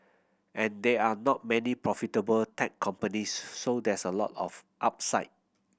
and there are not many profitable tech companies so there's a lot of upside